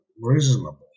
reasonable